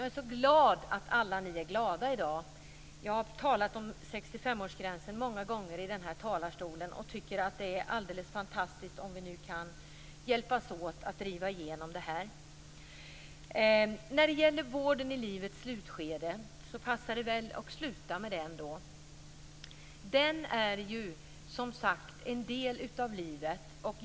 Jag är så glad att alla ni är glada i dag. Jag har talat om 65 årsgränsen många gånger från den här talarstolen. Det är alldeles fantastiskt om vi nu kan hjälpas åt att driva igenom det här. Det kanske passar sig att sluta med vården i livets slutskede. Den är en del av livet.